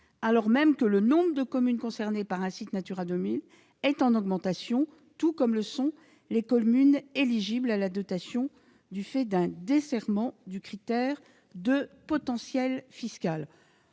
alors même que le nombre de communes concernées par un site Natura 2000 est en augmentation, comme l'est le nombre de communes éligibles à la dotation, du fait d'un desserrement du critère de potentiel fiscal.